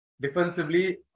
defensively